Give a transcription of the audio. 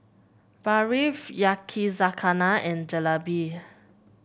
Barfi Yakizakana and Jalebi